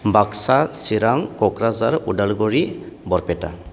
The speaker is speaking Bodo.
बाकसा चिरां क'क्राझार उदालगुरि बरपेटा